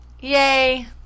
Yay